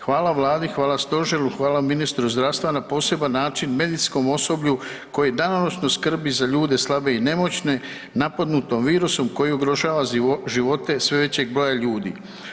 Hvala vladi, hvala stožeru, hvala ministru zdravstva, na poseban način medicinskom osoblju koji danonoćno skrbi za ljude slabe i nemoćne napadnute virusom koji ugrožava živote sve većeg broja ljudi.